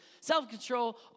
self-control